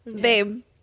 Babe